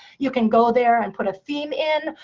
you can go there and put a theme in,